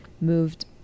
moved